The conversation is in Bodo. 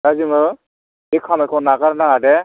दा जोङो बे खामानिखौ नागार नाङा दे